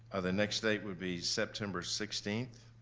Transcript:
the next date would be september sixteen.